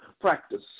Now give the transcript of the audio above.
practice